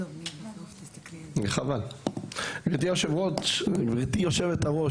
גברתי יושבת הראש,